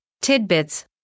tidbits